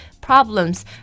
problems